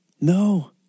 No